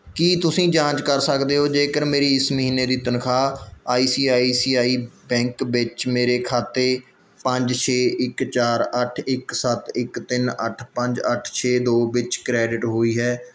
ਕੀ ਤੁਸੀਂਂ ਜਾਂਚ ਕਰ ਸਕਦੇ ਓ ਜੇਕਰ ਮੇਰੀ ਇਸ ਮਹੀਨੇ ਦੀ ਤਨਖਾਹ I C I C I bank ਵਿੱਚ ਮੇਰੇ ਖਾਤੇ ਪੰਜ ਛੇ ਇੱਕ ਚਾਰ ਅੱਠ ਇੱਕ ਸੱਤ ਇੱਕ ਤਿੰਨ ਅੱਠ ਪੰਜ ਅੱਠ ਛੇ ਦੋ ਵਿੱਚ ਕ੍ਰੈਡਿਟ ਹੋਈ ਹੈ